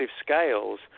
scales